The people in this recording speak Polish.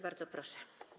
Bardzo proszę.